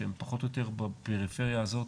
שהן פחות או יותר עוסקים בפריפריה הזו,